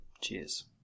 Cheers